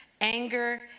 anger